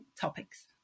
topics